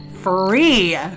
free